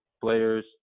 Players